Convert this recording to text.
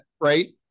right